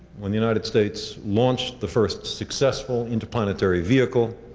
when the united states launched the first successful interplanetary vehicle,